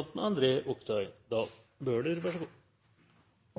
fungerende leder for